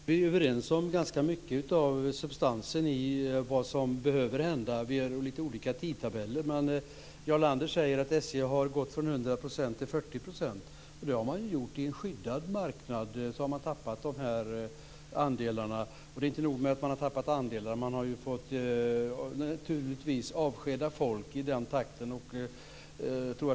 Fru talman! Egentligen är vi överens om ganska mycket när det gäller vad som behöver ändras, men vi har lite olika tidtabeller. Jarl Lander säger att SJ har gått från 100 % till 40 %, men det är på en skyddad marknad som man har tappat dessa andelar. Och det är inte nog med att man har tappat andelar, man har också fått avskeda folk i den takten.